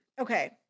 Okay